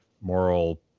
moral